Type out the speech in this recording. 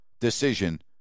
decision